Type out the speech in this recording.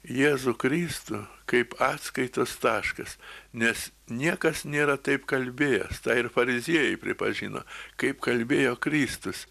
jėzų kristų kaip atskaitos taškas nes niekas nėra taip kalbėjęs tą ir fariziejai pripažino kaip kalbėjo kristus